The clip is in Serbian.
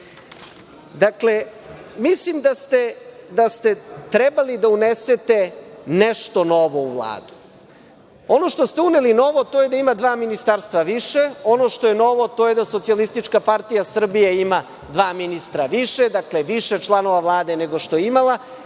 zaduživanje. Mislim da ste trebali da unesete nešto novo u Vladu. Ono što ste uveli novo, to je da ima dva ministarstva više. Ono što je novo, to je da Socijalistička partija Srbije ima dva ministra više, dakle, više članova Vlade nego što je imala